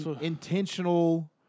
intentional